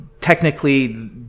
technically